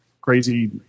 crazy